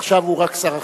עכשיו הוא רק שר החינוך.